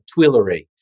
tuileries